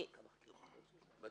שהוצגו --- מה זה "מנועה"?